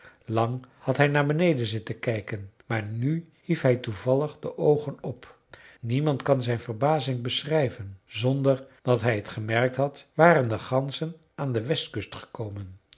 lang had hij naar beneden zitten kijken maar nu hief hij toevallig de oogen op niemand kan zijn verbazing beschrijven zonder dat hij het gemerkt had waren de ganzen aan de westkust gekomen